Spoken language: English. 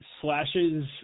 slashes